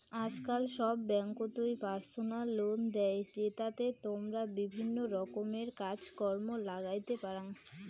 আজকাল সব ব্যাঙ্ককোতই পার্সোনাল লোন দেই, জেতাতে তমরা বিভিন্ন রকমের কাজ কর্ম লাগাইতে পারাং